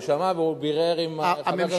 הוא שמע והוא בירר עם חבר הכנסת מקלב על מה מדברים.